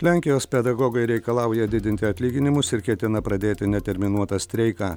lenkijos pedagogai reikalauja didinti atlyginimus ir ketina pradėti neterminuotą streiką